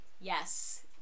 yes